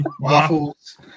waffles